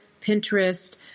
Pinterest